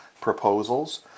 proposals